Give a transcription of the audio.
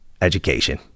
education